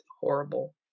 horrible